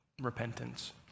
repentance